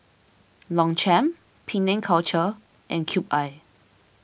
Longchamp Penang Culture and Cube I